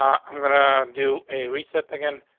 um i'm gonna do a reset again.